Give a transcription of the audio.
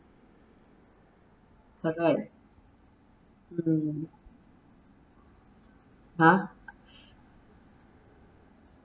but like mm !huh!